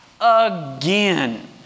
again